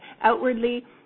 outwardly